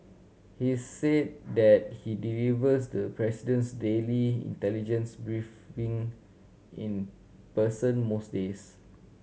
he's said that he delivers the president's daily intelligence briefing in in person most days